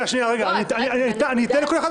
אני אתן לכל אחד,